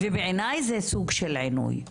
בעיניי, זה סוג של עינוי.